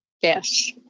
Yes